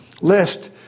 lest